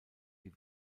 die